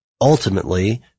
ultimately